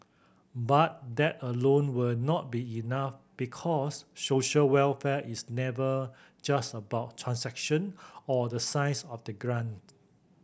but that alone will not be enough because social welfare is never just about transaction or the size of the grant